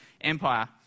Empire